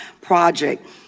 project